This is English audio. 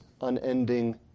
unending